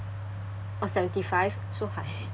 oh seventy five so high